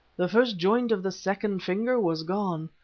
the first joint of the second finger was gone.